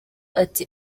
ati